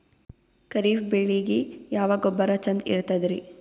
ಖರೀಪ್ ಬೇಳಿಗೆ ಯಾವ ಗೊಬ್ಬರ ಚಂದ್ ಇರತದ್ರಿ?